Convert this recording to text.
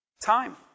Time